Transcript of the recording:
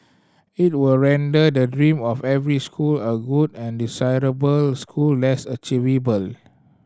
it would render the dream of every school a good and desirable school less achievable